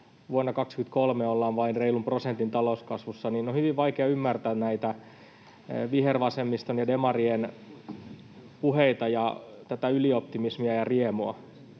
vuonna 23 ollaan vain reilun prosentin talouskasvussa, niin on hyvin vaikea ymmärtää näitä vihervasemmiston ja demarien puheita ja tätä ylioptimismia ja riemua.